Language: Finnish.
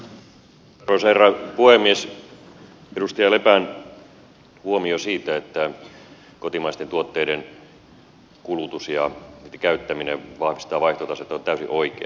edustaja lepän huomio siitä että kotimaisten tuotteiden kulutus ja niitten käyttäminen vahvistaa vaihtotasetta on täysin oikea